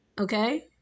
okay